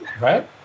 Right